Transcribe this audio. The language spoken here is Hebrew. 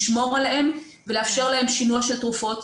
לשמור עליהם ולאפשר להם שינוע של תרופות,